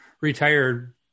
retired